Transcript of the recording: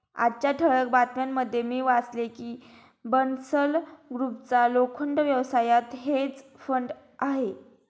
आजच्या ठळक बातम्यांमध्ये मी वाचले की बन्सल ग्रुपचा लोखंड व्यवसायात हेज फंड आहे